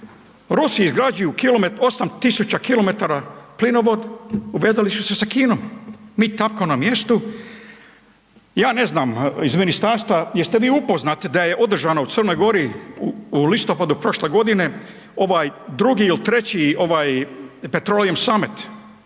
Rusi izgrađuju 8000 kilometara plinovod, povezali su se sa Kinom. Mi tapkamo na mjestu. Ja ne znam iz ministarstva jest li vi upoznati da je u održano u Crnoj Gori u listopadu prošle godine drugi ili treći … summit,